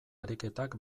ariketak